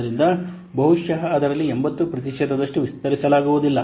ಆದ್ದರಿಂದ ಬಹುಶಃ ಅದರಲ್ಲಿ 80 ಪ್ರತಿಶತದಷ್ಟು ವಿಸ್ತರಿಸಲಾಗುವುದಿಲ್ಲ